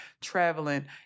traveling